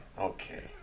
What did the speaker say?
okay